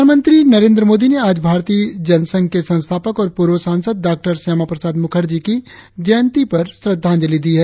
प्रधानमंत्री नरेंद्र मोदी ने आज भारतीय जनसंघ के संस्थापक और पूर्व सासंद डाँ श्यामा प्रसाद मुखर्जी की जयंती पर श्रद्धांजलि दी है